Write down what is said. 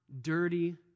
dirty